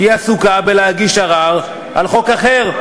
כי היא עסוקה בלהגיש ערר על חוק אחר,